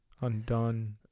Undone